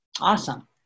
awesome